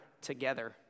together